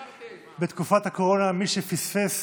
ובתקופת הקורונה מאפשרים למי שפספס